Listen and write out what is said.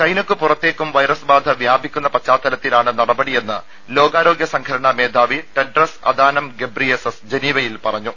ചൈനയ്ക്കു പുറത്തേക്കും വൈറസ് ബാധ വ്യാപിക്കുന്ന പശ്ചാത്തലത്തിലാണ് നടപടിയെന്ന് ലോകാരോഗ്യ സംഘടന മേധാവി ടഡ്രസ് അദാനം ഗബ്രിയേസസ് ജനീവയിൽ പറഞ്ഞു